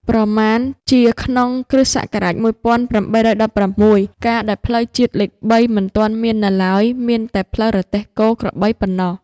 ប្រមាណជាក្នុងគ. ស. ១៨១៦ កាលដែលផ្លូវជាតិលេខ ៣ មិនទាន់មាននៅឡើយ មានតែផ្លូវរទេះគោ- ក្របីប៉ុណ្ណោះ